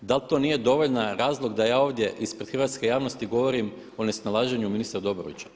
Da li to nije dovoljan razlog da ja ovdje ispred hrvatske javnosti govorim o nesnalaženju ministra Dobrovića?